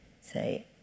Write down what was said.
say